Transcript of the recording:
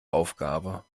aufgabe